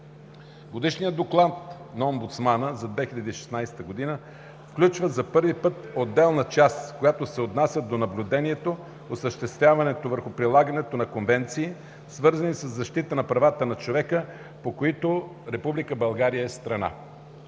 Годишният доклад на омбудсмана за 2016 г. включва за първи път отделна част, която се отнася до наблюдението, осъществявано върху прилагането на конвенции, свързани със защита на права на човека, по които Република България е страна.